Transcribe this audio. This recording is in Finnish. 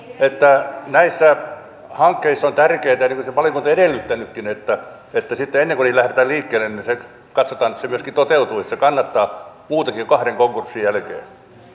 että näissä hankkeissa on tärkeää niin kuin valiokunta on edellyttänytkin että että sitten ennen kuin lähdetään liikkeelle katsotaan että ne myöskin toteutuisivat että se kannattaa muutenkin kuin kahden konkurssin jälkeen